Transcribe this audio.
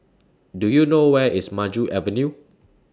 Do YOU know Where IS Maju Avenue